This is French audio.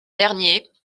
dernier